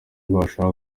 ubasha